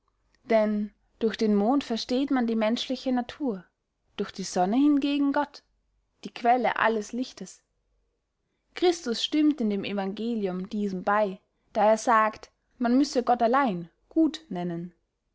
denn durch den mond versteht man die menschliche natur durch die sonne hingegen gott die quelle alles lichtes christus stimmt in dem evangelium diesem bey da er sagt man müsse gott allein gut nennen